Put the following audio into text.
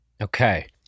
Okay